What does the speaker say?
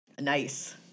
Nice